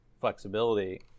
flexibility